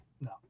no